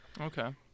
Okay